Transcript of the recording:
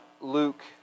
Luke